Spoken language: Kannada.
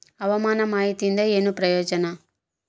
ಹವಾಮಾನ ಮಾಹಿತಿಯಿಂದ ಏನು ಪ್ರಯೋಜನ?